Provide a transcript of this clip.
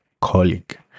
colleague